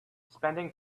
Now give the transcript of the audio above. spending